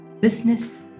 Business